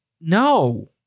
No